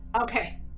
Okay